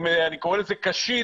עם אני קורא לזה קשית